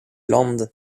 landes